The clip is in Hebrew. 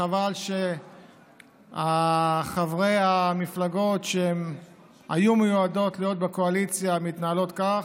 חבל שחברי המפלגות שהיו מיועדות להיות בקואליציה מתנהלים כך.